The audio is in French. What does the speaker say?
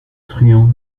truand